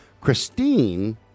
Christine